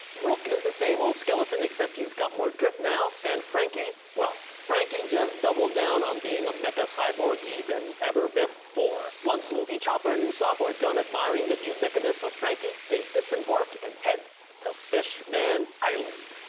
brook is the same ol skeleton except he's got more drip now, and franky, well franky just double down on being a mecha cyborg-y than ever before. once luffy, chopper and usopp were done admiring the mecha-ness of franky they disembark and head to fish-man island!